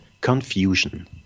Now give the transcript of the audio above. Confusion